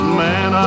man